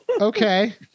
Okay